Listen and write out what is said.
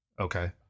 okay